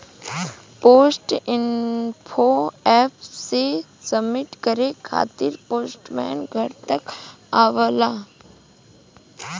post info app से submit करे खातिर पोस्टमैन घर तक आवला